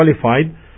qualified